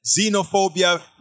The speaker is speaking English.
xenophobia